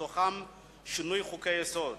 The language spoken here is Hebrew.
ובתוכה שינוי חוקי-יסוד